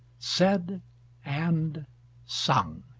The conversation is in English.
said and sung!